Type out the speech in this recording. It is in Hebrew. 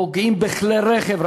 פוגעים בכלי רכב,